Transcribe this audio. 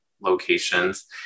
locations